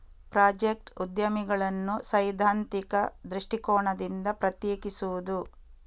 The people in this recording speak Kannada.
ಪ್ರಾಜೆಕ್ಟ್ ಉದ್ಯಮಿಗಳನ್ನು ಸೈದ್ಧಾಂತಿಕ ದೃಷ್ಟಿಕೋನದಿಂದ ಪ್ರತ್ಯೇಕಿಸುವುದು